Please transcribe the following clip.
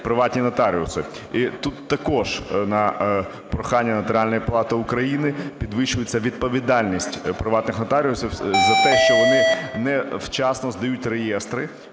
приватні нотаріуси. Тут також на прохання Нотаріальної палати України підвищується відповідальність приватних нотаріусів за те, що вони невчасно здають реєстри,